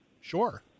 Sure